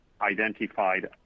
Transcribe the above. identified